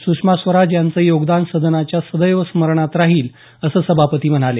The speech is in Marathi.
सुषमा स्वराज यांचं योगदान सदनाच्या सदैव स्मरणात राहील असं सभापती म्हणाले